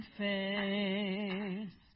face